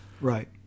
Right